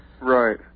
Right